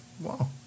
Wow